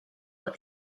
what